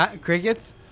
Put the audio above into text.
crickets